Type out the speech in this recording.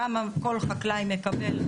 כמה כל חקלאי מקבל,